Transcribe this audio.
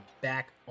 back